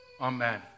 Amen